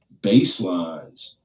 baselines